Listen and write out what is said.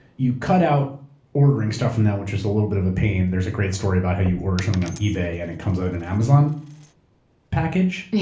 you cut ordering stuff from them which was a little bit of a pain. there's a great story about how you order something on ebay and it comes in an amazon package?